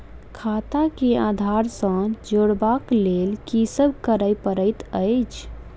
खाता केँ आधार सँ जोड़ेबाक लेल की सब करै पड़तै अछि?